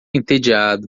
entediado